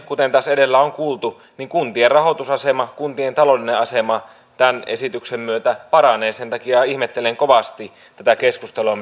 kuten tässä edellä on kuultu että kuntien rahoitusasema kuntien taloudellinen asema tämän esityksen myötä paranee sen takia ihmettelen kovasti tätä keskustelua